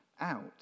out